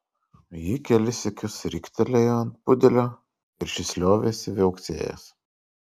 ji kelis sykius riktelėjo ant pudelio ir šis liovėsi viauksėjęs